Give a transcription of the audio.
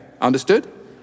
Understood